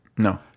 No